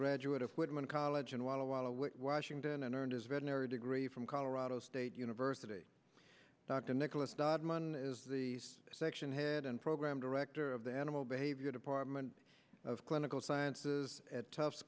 graduate of whitman college and washington and earned his veterinary degree from colorado state university dr nicholas dodman is the section head and program director of the animal behavior department of clinical sciences at t